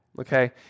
okay